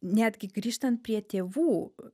netgi grįžtant prie tėvų